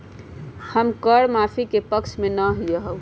हम कर माफी के पक्ष में ना ही याउ